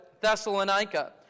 Thessalonica